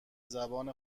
زبان